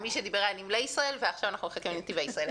מי שדיבר היה נמלי ישראל ועכשיו אנחנו מחכים לנתיבי ישראל.